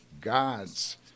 God's